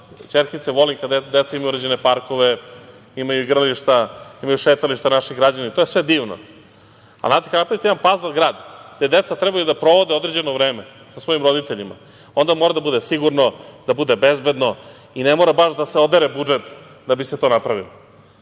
ćerkice, volim kada deca imaju uređene parkove, imaju igrališta, imaju šetališta naši građani, to je sve divno. Ali, znate, kad napravite jedan pazl grad gde deca treba da provode određeno vreme sa svojim roditeljima, onda mora da bude sigurno, da bude bezbedno i ne mora baš da se odere budžet da bi se to napravilo,